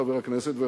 חבר הכנסת,